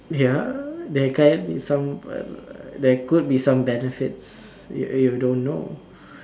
ya there can be some there could be some benefits you you don't know